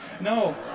No